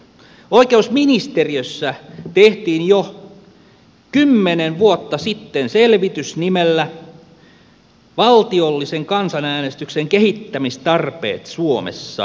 oikeusministeriössä tehtiin jo kymmenen vuotta sitten selvitys nimellä valtiollisen kansanäänestyksen kehittämistarpeet suomessa